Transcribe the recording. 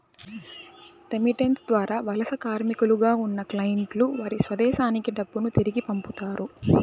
remittance ద్వారా వలస కార్మికులుగా ఉన్న క్లయింట్లు వారి స్వదేశానికి డబ్బును తిరిగి పంపుతారు